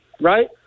right